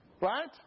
Right